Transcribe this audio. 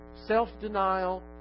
self-denial